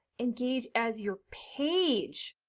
engage as your page.